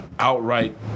outright